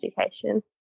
education